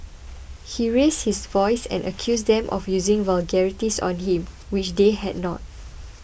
he raised his voice and accused them of using vulgarities on him which they had not